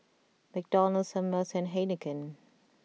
McDonald's Ameltz and Heinekein